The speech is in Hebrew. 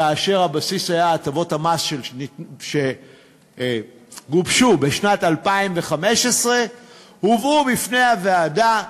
והבסיס היה הטבות המס שגובשו בשנת 2015 והובאו בפני הוועדה.